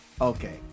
okay